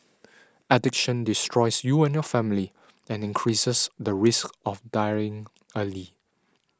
addiction destroys you and your family and increases the risk of dying early